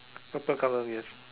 purple colour yes